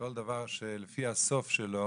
כל דבר שלפי הסוף שלו